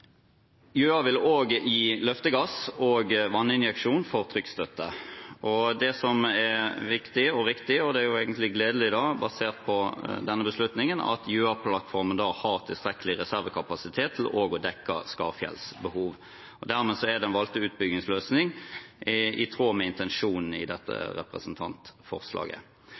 vil også gi løftegass og vanninjeksjon for trykkstøtte. Det som er viktig og riktig, er – og det er egentlig gledelig, basert på denne beslutningen – at Gjøa-plattformen har tilstrekkelig reservekapasitet til også å dekke Skarfjells behov. Dermed er den valgte utbyggingsløsningen i tråd med intensjonen i dette representantforslaget.